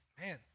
man